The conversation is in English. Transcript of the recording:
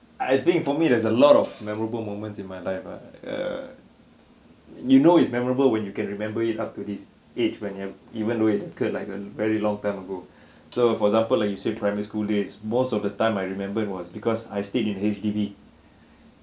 I think for me there's a lot of memorable moments in my life ah uh you know it's memorable when you can remember it up to this age when you're even though it occurred like a very long time ago so for example like you say primary school days most of the time I remember it was because I stayed in H_D_B